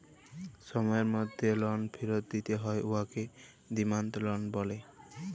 সময়ের মধ্যে লল ফিরত দিতে হ্যয় উয়াকে ডিমাল্ড লল ব্যলে